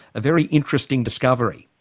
a very interesting discovery.